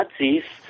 Nazis